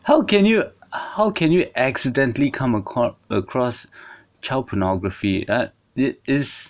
how can you how can you accidentally come acro~ across child pornography ah it is